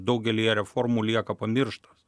daugelyje reformų lieka pamirštas